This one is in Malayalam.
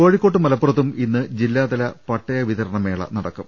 കോഴിക്കോട്ടും മലപ്പുറത്തും ഇന്ന് ജില്ലാതല പട്ടയ വിതരണ മേള നടക്കും